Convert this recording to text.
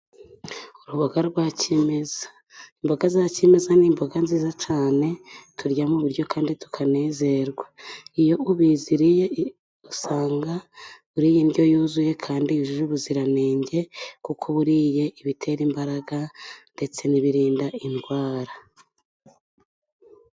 Uruboga rwa kimeza. Imboga za kimeza ni imboga nziza cyane turya mu biryo kandi tukanezerwa. Iyo uziriye usanga uriye indyo yuzuye, kandi yujuje ubuziranenge. Kuko uba uriye ibitera imbaraga ndetse n'ibirinda indwara.